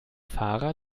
fahrer